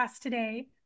today